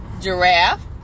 Giraffe